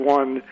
one